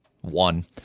one